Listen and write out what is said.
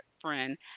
friend